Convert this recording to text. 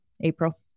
April